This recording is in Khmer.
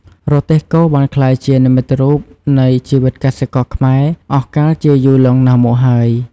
រទេះគោ បានក្លាយជានិមិត្តរូបនៃជីវិតកសិករខ្មែរអស់កាលជាយូរលង់ណាស់មកហើយ។